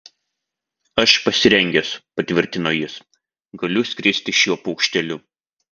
aš pasirengęs patvirtino jis galiu skristi šiuo paukšteliu